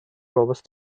robust